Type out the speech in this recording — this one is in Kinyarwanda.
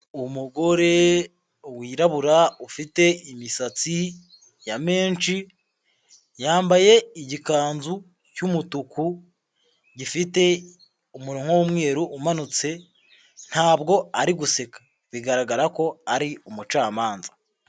Umugore wirabura ufite imisatsi ya menshi, yambaye igikanzu cy'umutuku gifite umurongo w'umweru umanutse, ntabwo ari guseka bigaragara ko ari umucamanza.